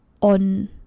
on